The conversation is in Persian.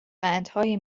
قندهای